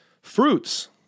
Fruits